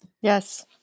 Yes